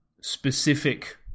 specific